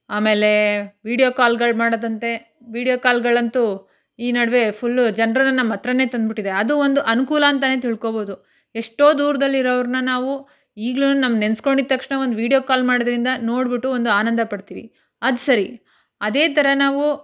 ಆಮೇಲೆ ವೀಡಿಯೋ ಕಾಲ್ಗಳು ಮಾಡೋದಂತೆ ವೀಡಿಯೋ ಕಾಲ್ಗಳಂತೂ ಈ ನಡುವೆ ಫುಲ್ಲು ಜನರನ್ನ ನಮ್ಮ ಹತ್ರನೇ ತಂದ್ಬಿಟ್ಟಿದೆ ಅದೂ ಒಂದು ಅನುಕೂಲ ಅಂತಲೇ ತಿಳ್ಕೊಳ್ಬೋದು ಎಷ್ಟೋ ದೂರದಲ್ಲಿರೋರನ್ನ ನಾವು ಈಗಲೂ ನಾವು ನೆನ್ಸ್ಕೊಂಡಿದ್ದ ತಕ್ಷಣ ಒಂದು ವೀಡಿಯೋ ಕಾಲ್ ಮಾಡೋದರಿಂದ ನೋಡಿಬಿಟ್ಟು ಒಂದು ಆನಂದ ಪಡ್ತೀವಿ ಅದ್ಸರಿ ಅದೇ ಥರ ನಾವು